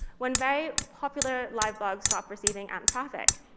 one very popular live blog stopped receiving amp traffic.